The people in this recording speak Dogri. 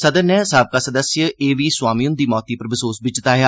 सदन नै साबका सदस्य ए वी स्वामी हृंदी मौत पर बसोस बी जताया